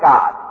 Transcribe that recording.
God